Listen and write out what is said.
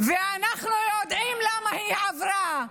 ואנחנו יודעים למה היא עברה.